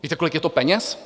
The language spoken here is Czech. Víte, kolik je to peněz?